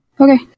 Okay